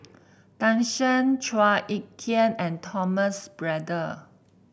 Tan Shen Chua Ek Kay and Thomas Braddell